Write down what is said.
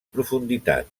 profunditat